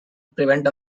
prevent